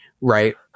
right